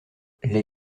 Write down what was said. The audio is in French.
les